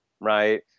right